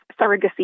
surrogacy